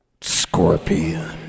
Scorpion